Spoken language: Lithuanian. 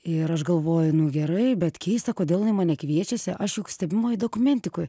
ir aš galvoju nu gerai bet keista kodėl jinai mane kviečiasi aš juk stebimoj dokumentikoj